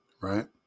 Right